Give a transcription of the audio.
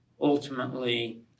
ultimately